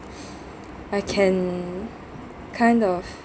I can kind of